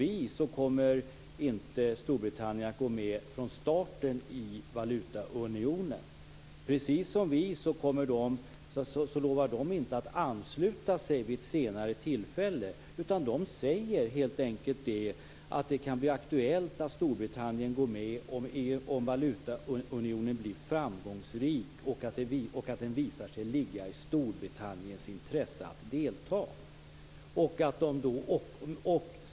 Inte heller Storbritannien kommer att gå med i valutaunionen från starten. Inte heller de lovar att ansluta sig vid ett senare tillfälle. De säger helt enkelt att det kan bli aktuellt att Storbritannien går med om valutaunionen blir framgångsrik och om det visar sig ligga i Storbritanniens intresse att delta.